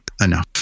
enough